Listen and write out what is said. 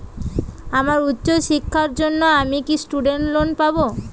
আমার উচ্চ শিক্ষার জন্য আমি কি স্টুডেন্ট লোন পাবো